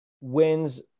wins